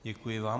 Děkuji vám.